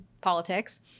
Politics